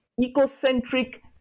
ecocentric